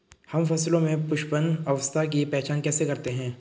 हम फसलों में पुष्पन अवस्था की पहचान कैसे करते हैं?